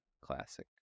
Classic